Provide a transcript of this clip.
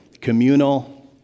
communal